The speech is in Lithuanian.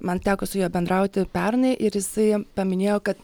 man teko su juo bendrauti pernai ir jisai paminėjo kad